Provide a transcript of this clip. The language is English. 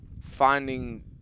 finding